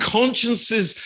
consciences